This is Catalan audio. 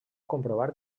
comprovar